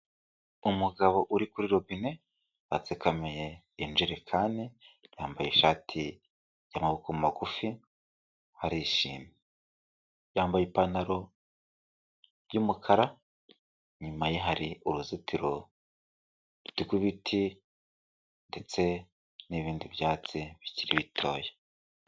Umugabo uri kuri robine atsikamiye injerekani yambaye ishati y'amaboko magufi arishimye, yambaye ipantaro y'umukara inyuma ye hari uruzitiro rw'ibiti ndetse n'ibindi byatsi bikiri bitoya.